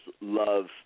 love